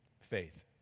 faith